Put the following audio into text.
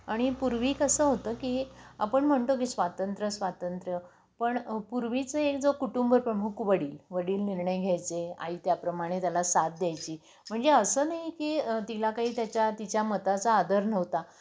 आणि पूर्वी कसं होतं की आपण म्हणतो की स्वातंत्र्य स्वातंत्र्य पण पूर्वीचं एक जो कुटुंब प्रमुख वडील वडील निर्णय घ्यायचे आई त्याप्रमाणे त्याला साथ द्यायची म्हणजे असं नाही की तिला काही त्याच्या तिच्या मताचा आदर नव्हता